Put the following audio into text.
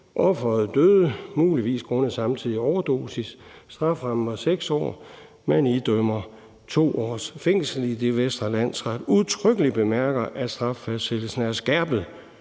Offeret døde, muligvis grundet samtidig overdosis. Strafferammen er 6 år, og man idømte 2 års fængsel, idet Vestre Landsret udtrykkelig bemærker, at straffastsættelsen er skærpet